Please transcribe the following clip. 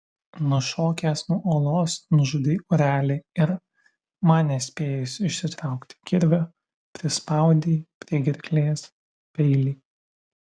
nušokęs nuo uolos nužudei orelį ir man nespėjus išsitraukti kirvio prispaudei prie gerklės peilį